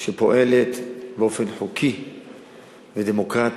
שפועלת באופן חוקי ודמוקרטי,